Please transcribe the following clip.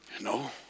No